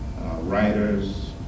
Writers